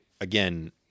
again